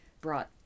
brought